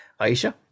Aisha